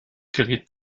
geriet